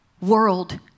world